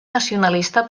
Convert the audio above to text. nacionalista